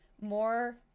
more